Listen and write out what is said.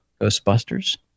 Ghostbusters